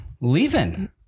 leaving